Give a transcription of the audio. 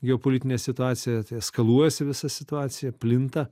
geopolitinė situacija tai eskaluojasi visa situacija plinta